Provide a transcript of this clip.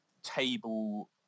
table